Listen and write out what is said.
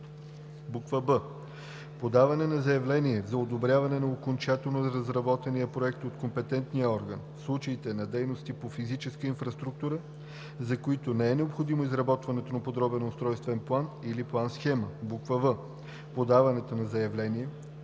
б) подаването на заявление за одобряване на окончателно разработения проект от компетентния орган – в случаите на дейности по физическата инфраструктура, за които не е необходимо изработването на подробен устройствен план или план-схема; в) подаването на заявление